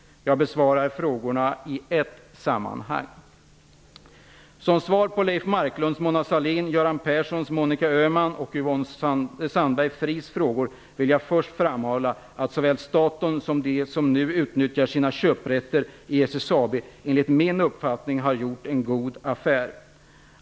Jag besvarar frågorna i ett sammanhang. Fries frågor vill jag först framhålla att såväl staten som de som nu utnyttjar sina köprätter i SSAB enligt min uppfattning har gjort en god affär.